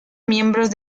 miembros